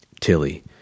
Tilly